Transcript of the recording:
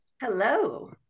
Hello